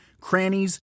crannies